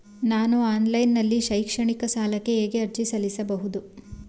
ನಾನು ಆನ್ಲೈನ್ ನಲ್ಲಿ ಶೈಕ್ಷಣಿಕ ಸಾಲಕ್ಕೆ ಹೇಗೆ ಅರ್ಜಿ ಸಲ್ಲಿಸಬಹುದು?